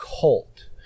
cult